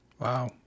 Wow